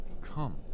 Come